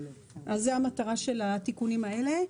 זו המטרה של התיקונים האלה.